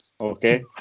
Okay